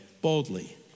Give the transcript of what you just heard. boldly